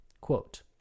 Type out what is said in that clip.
quote